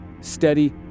steady